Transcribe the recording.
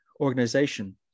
organization